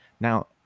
Now